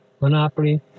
monopoly